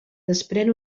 desprèn